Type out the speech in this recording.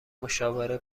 مشاوره